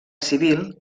civil